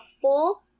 full